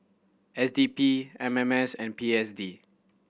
S D P M M S and P S D